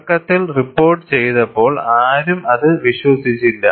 തുടക്കത്തിൽ റിപ്പോർട്ട് ചെയ്തപ്പോൾ ആരും അത് വിശ്വസിച്ചില്ല